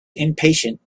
impatient